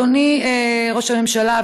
אדוני ראש הממשלה,